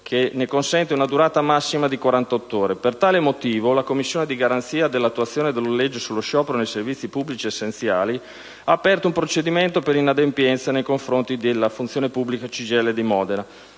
che ne consente una durata massima di 48 ore. Per tale motivo, la Commissione di garanzia dell'attuazione della legge sullo sciopero nei servizi pubblici essenziali ha aperto un procedimento per inadempienza nei confronti della Funzione pubblica-CGIL di Modena.